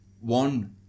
One